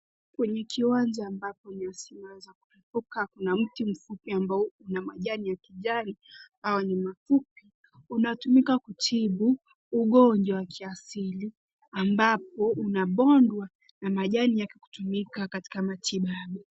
Kwenye kiwanja ambapo nyasi imeweza kulipuka, kuna mti mfupi ambao una majani ya kijani ambayo ni mafupi. Unatumika kutibu ugonjwa wa kiasili, ambapo unabondwa na majani yake kutumika katika matibabu.